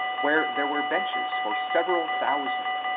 where there were benches for several thousand,